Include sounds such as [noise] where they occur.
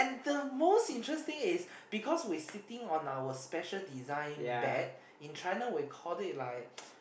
the most interesting is because we sitting on our special designed bed in China we called it like [noise]